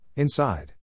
Inside